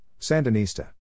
Sandinista